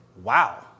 Wow